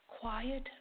Quiet